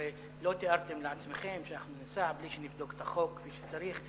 הרי לא תיארתם לעצמכם שאנחנו ניסע בלי שנבדוק את החוק כפי שצריך.